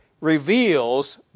reveals